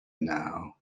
now